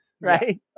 right